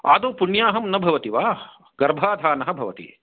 आदौ पुण्याहं न भवति वा गर्भाधानः भवति